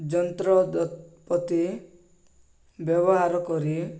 ଯନ୍ତ୍ରପାତି ବ୍ୟବହାର କରି